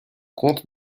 compte